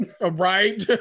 right